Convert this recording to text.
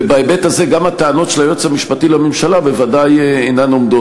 ובהיבט הזה גם הטענות של היועץ המשפטי לממשלה בוודאי אינן עומדות.